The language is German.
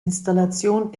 installation